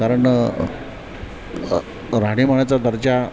कारण राहणीमानाचा दर्जा